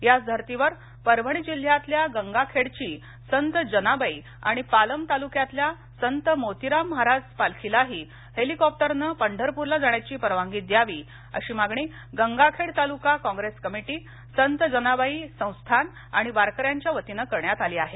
याच धर्तीवर परभणी जिल्ह्यातल्या गंगाखेडची संत जनाबाई आणि पालम तालुक्यातल्या संत मोतीराम महाराज पालखीलाही हेलीकॉप्टरने पंढरपूरला जाण्याची परवानगी द्यावी अशी मागणी गंगाखेड तालुका कॉंग्रेस कमिटी संत जनाबाई संस्थान आणि वारकर्यांच्या वतीनं करण्यात आली आहे